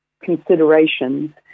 considerations